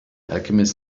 alchemists